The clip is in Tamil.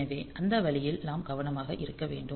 எனவே அந்த வழியில் நாம் கவனமாக இருக்க வேண்டும்